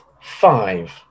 five